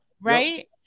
right